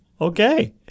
Okay